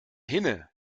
hinne